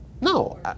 No